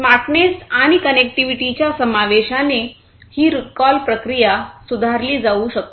smartness आणि कनेक्टिव्हिटीच्या समावेशाने ही रिकॉल प्रक्रिया सुधारली जाऊ शकते